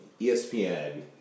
ESPN